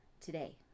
today